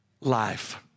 life